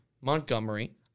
Montgomery